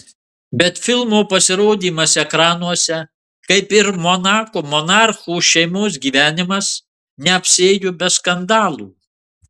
bet filmo pasirodymas ekranuose kaip ir monako monarchų šeimos gyvenimas neapsiėjo be skandalų